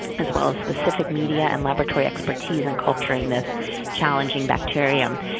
as well as specific media and laboratory expertise in culturing this challenging bacterium.